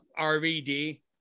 RVD